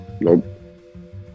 Nope